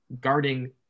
guarding